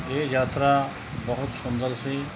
ਇਹ ਯਾਤਰਾ ਬਹੁਤ ਸੁੰਦਰ ਸੀ